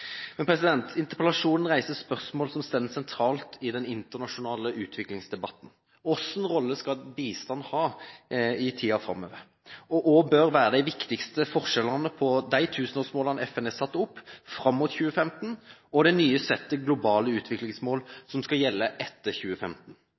Interpellasjonen reiser spørsmål som står sentralt i den internasjonale utviklingsdebatten. Hvilken rolle skal bistanden ha i tiden framover? Og hva bør være den viktigste forskjellen på de tusenårsmål FN har satt opp fram mot 2015, og det nye settet globale utviklingsmål